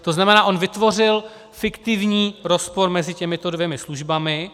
To znamená, on vytvořil fiktivní rozpor mezi těmito dvěma službami.